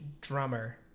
drummer